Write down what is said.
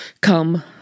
come